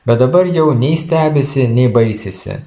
bet dabar jau nei stebisi nei baisisi